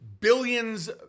Billions